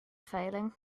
failing